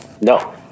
No